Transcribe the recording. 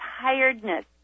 tiredness